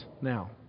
now